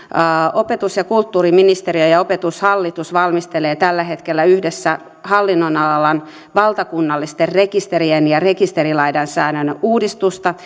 opetus ja kulttuuriministeriö ja ja opetushallitus valmistelevat tällä hetkellä yhdessä hallinnonalan valtakunnallisten rekisterien ja rekisterilainsäädännön uudistusta